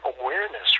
awareness